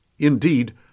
Indeed